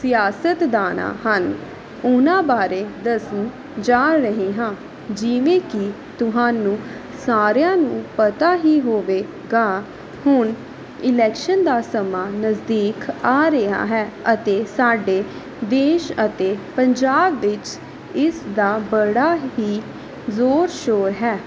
ਸਿਆਸਤਦਾਨਾਂ ਹਨ ਉਹਨਾਂ ਬਾਰੇ ਦੱਸਣ ਜਾ ਰਹੀ ਹਾਂ ਜਿਵੇਂ ਕਿ ਤੁਹਾਨੂੰ ਸਾਰਿਆਂ ਨੂੰ ਪਤਾ ਹੀ ਹੋਵੇਗਾ ਹੁਣ ਇਲੈਕਸ਼ਨ ਦਾ ਸਮਾਂ ਨਜ਼ਦੀਕ ਆ ਰਿਹਾ ਹੈ ਅਤੇ ਸਾਡੇ ਦੇਸ਼ ਅਤੇ ਪੰਜਾਬ ਵਿੱਚ ਇਸ ਦਾ ਬੜਾ ਹੀ ਜ਼ੋਰ ਸ਼ੋਰ ਹੈ